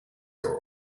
are